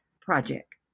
project